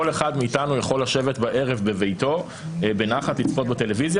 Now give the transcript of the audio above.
כל אחד מאיתנו יכול לשבת בערב בביתו בנחת ולצפות בטלוויזיה